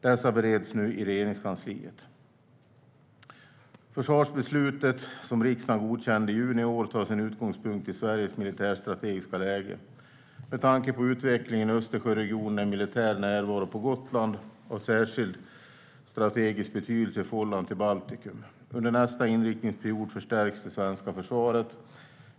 Dessa bereds nu inom Regeringskansliet. Försvarsbeslutet som riksdagen godkände i juni i år tar sin utgångspunkt i Sveriges militärstrategiska läge. Med tanke på utvecklingen i Östersjöregionen är militär närvaro på Gotland av särskild strategisk betydelse i förhållande till Baltikum. Under nästa inriktningsperiod förstärks det svenska försvaret.